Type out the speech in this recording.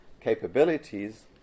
capabilities